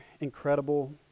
incredible